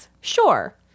Sure